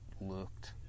looked